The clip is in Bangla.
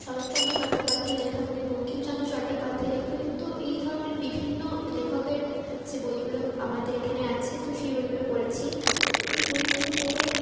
শরৎচন্দ্র চট্টোপাধ্যায়ের লেখা বই বঙ্কিমচন্দ্র চট্টোপাধ্যায়ের লেখা বই তো এই ধরনের বিভিন্ন লেখকের যে বইগুলো আমাদের এখানে আছে তো সেই বইগুলো পড়েছি তো এই বইগুলো পড়ে